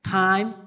time